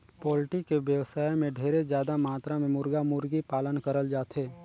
poultry के बेवसाय में ढेरे जादा मातरा में मुरगा, मुरगी पालन करल जाथे